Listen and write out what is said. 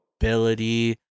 Ability